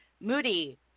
moody